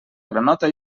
granota